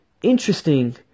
interesting